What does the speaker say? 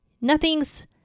Nothing's